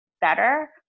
better